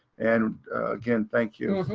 and again, thank you,